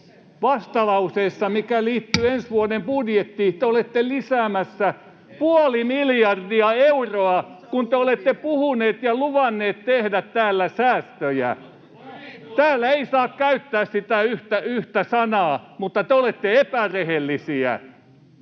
Vastalauseessa, mikä liittyy ensi vuoden budjettiin, te olette lisäämässä puoli miljardia euroa, [Timo Heinonen: Höpsis!] kun te olette puhuneet ja luvanneet tehdä täällä säästöjä. Täällä ei saa käyttää sitä yhtä sanaa, mutta te olette epärehellisiä.